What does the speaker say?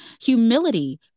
humility